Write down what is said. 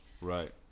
right